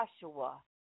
Joshua